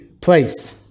place